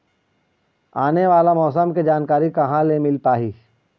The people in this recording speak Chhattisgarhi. आने वाला मौसम के जानकारी कहां से मिल पाही?